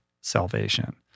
salvation